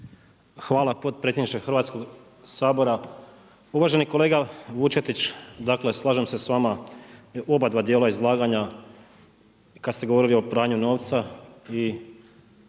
Hvala potpredsjedniče Hrvatskog sabora. Uvaženi kolega Vučetić, dakle, slažem se sa vama, u oba dva djela izlaganja kada ste govorili o pranju novca